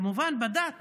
כמובן, בדת